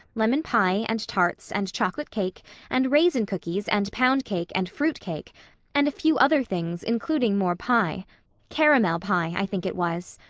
lemon pie and tarts and chocolate cake and raisin cookies and pound cake and fruit cake and a few other things, including more pie caramel pie, i think it was.